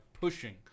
pushing